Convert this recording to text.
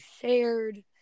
shared